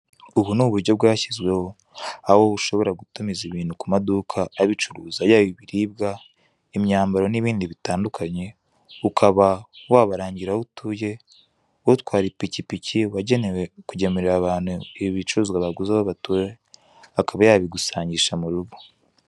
Ubu ni uburyo bwashyizweho aho ushobora gutumiza ibintu ku maduka abicuruza yaba ibiribwa, imyambaro n'ibindi bitandukanye ukaba wabarangira aho utuye utwara ipikipiki wagenewe kugemurira abantu ibicuruzwa baguze aho batuye akaba yabigusangisha mu rugo.